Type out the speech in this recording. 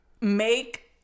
make